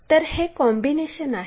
तर हे कॉम्बिनेशन आहे